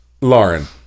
Lauren